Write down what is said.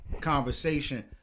conversation